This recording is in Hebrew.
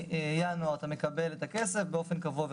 מינואר אתה מקבל את הכסף באופן קבוע וחודשי.